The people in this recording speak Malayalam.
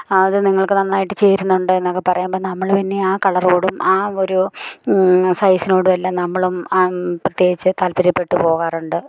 അത് നിങ്ങൾക്ക് നന്നായിട്ട് ചേരുന്നുണ്ട് എന്നൊക്കെ പറയുമ്പോൾ നമ്മള് പിന്നെ ആ കളറോടും ആ ഒരു സൈസിനോടും എല്ലാം നമ്മളും പ്രത്യേകിച്ച് താല്പര്യപ്പെട്ട് പോകാറുണ്ട്